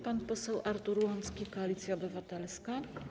Pan poseł Artur Łącki, Koalicja Obywatelska.